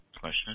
question